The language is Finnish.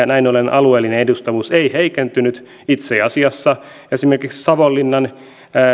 näin ollen alueellinen edustavuus ei heikentynyt itse asiassa esimerkiksi savonlinnalaisten